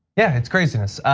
yeah, it's craziness.